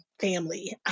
family